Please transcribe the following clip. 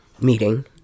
meeting